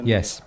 Yes